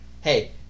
Hey